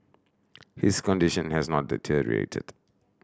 his condition has not deteriorated